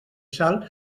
sal